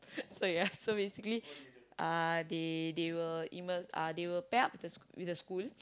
so yes so basically uh they they will email uh they will pair up with the school